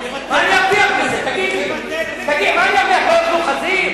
הוא חתם.